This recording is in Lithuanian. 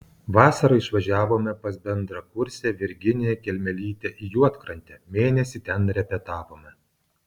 vasarą išvažiavome pas bendrakursę virginiją kelmelytę į juodkrantę mėnesį ten repetavome